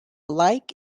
like